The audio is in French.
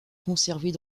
conservées